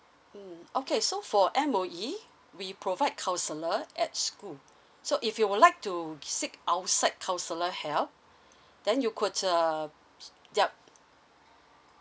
mm okay so for M_O_E we provide counsellor at school so if you would like to seek outside counsellor help then you could uh yup